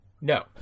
No